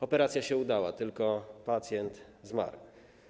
Operacja się udała, tylko pacjent zmarł.